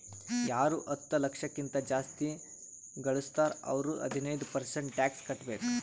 ಯಾರು ಹತ್ತ ಲಕ್ಷ ಕಿಂತಾ ಜಾಸ್ತಿ ಘಳುಸ್ತಾರ್ ಅವ್ರು ಹದಿನೈದ್ ಪರ್ಸೆಂಟ್ ಟ್ಯಾಕ್ಸ್ ಕಟ್ಟಬೇಕ್